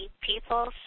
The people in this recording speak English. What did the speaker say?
people